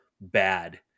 bad